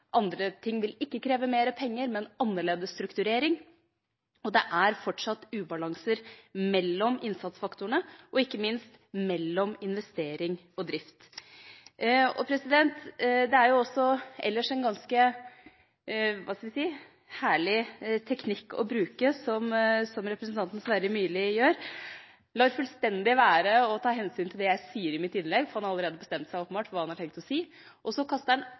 andre ting ikke vil kreve mer penger, men annerledes strukturering, og at det fortsatt er ubalanser mellom innsatsfaktorene og, ikke minst, mellom investering og drift. Det er ellers en ganske – hva skal vi si – herlig teknikk representanten Sverre Myrli bruker; han lar fullstendig være å ta hensyn til det jeg sier i mitt innlegg, for han har åpenbart allerede bestemt seg for hva han har tenkt å si, og så kaster han